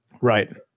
Right